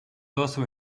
also